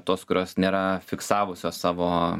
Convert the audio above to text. tos kurios nėra fiksavusios savo